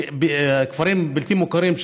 כפרים בלתי מוכרים,